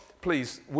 please